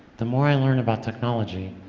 the more i learn about technology,